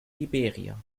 liberia